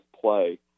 play